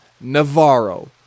Navarro